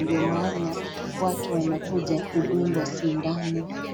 ndio maana watu wanakuja kudungwa shindano.